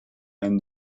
and